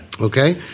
Okay